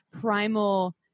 primal